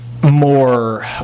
more